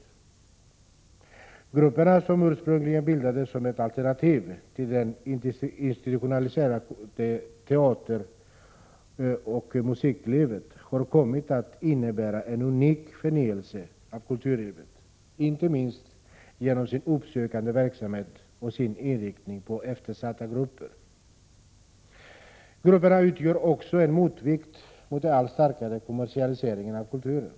Grupperna, som ursprungligen bildades som ett alternativ till det institutionaliserade teateroch musiklivet, har kommit att innebära en unik förnyelse av kulturlivet, inte minst genom sin uppsökande verksam het och sin inriktning på eftersatta grupper. Grupperna utgör också en Prot. 1986/87:117 motvikt mot den allt starkare kommersialiseringen av kulturen.